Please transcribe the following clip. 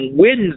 win